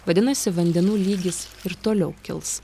vadinasi vandenų lygis ir toliau kils